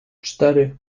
cztery